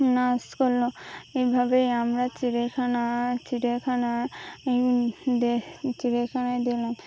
নাচ করলো এভাবেই আমরা চিড়িয়াখানা চিড়িয়াখানায় চিড়িয়াখানা দেখলাম